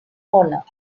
honor